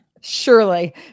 Surely